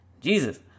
Jesus